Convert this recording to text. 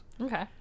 Okay